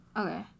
Okay